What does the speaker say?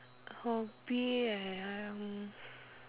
hobby